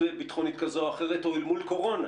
ביטחונית כזו או אחרת או אל מול קורונה.